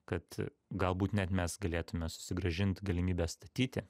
kad galbūt net mes galėtume susigrąžint galimybę statyti